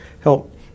help